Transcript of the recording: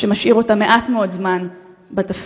מה שמשאיר אותם מעט מאוד זמן בתפקיד.